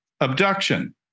abduction